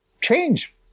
change